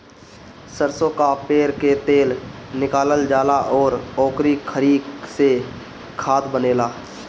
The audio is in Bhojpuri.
सरसो कअ पेर के तेल निकालल जाला अउरी ओकरी खरी से खाद बनेला